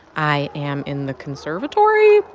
i am in the conservatory.